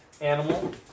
animal